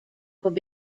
will